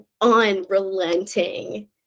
unrelenting